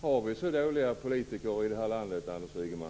Har vi så dåliga politiker i det här landet, Anders Ygeman?